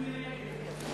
מה עם מירי רגב?